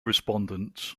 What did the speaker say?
respondents